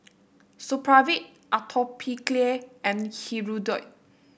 Supravit Atopiclair and Hirudoid